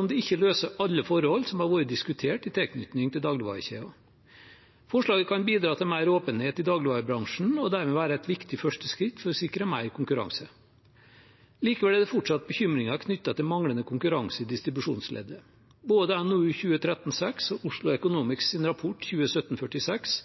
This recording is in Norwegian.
om det ikke løser alle forhold som har vært diskutert i tilknytning til dagligvarekjeden. Forslaget kan bidra til mer åpenhet i dagligvarebransjen og dermed være et viktig første skritt for å sikre mer konkurranse. Likevel er det fortsatt bekymringer knyttet til manglende konkurranse i distribusjonsleddet. Både i NOU 2013: 6 og Oslo Economics’ rapport 2017-46